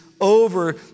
over